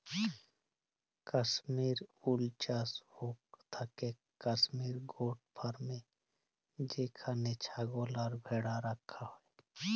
Kashmir wool চাস হৌক থাকেক কাশ্মির গোট ফার্মে যেখানে ছাগল আর ভ্যাড়া রাখা হয়